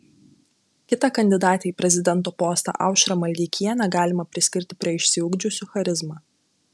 kitą kandidatę į prezidento postą aušrą maldeikienę galima priskirti prie išsiugdžiusių charizmą